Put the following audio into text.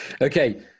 okay